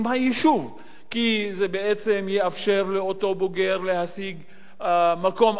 כי זה יאפשר לאותו בוגר להשיג מקום עבודה יותר טוב,